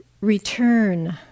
return